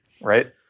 right